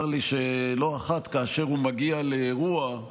שלא אחת כאשר הוא מגיע לאירוע,